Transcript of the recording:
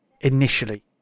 initially